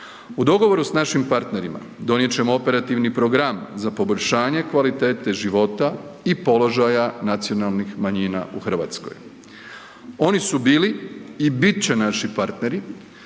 U dogovoru s našim partnerima donijet ćemo operativni program za poboljšanje kvalitete života i položaja nacionalnih manjina u Hrvatskoj. Oni su bili i bit će naši partneri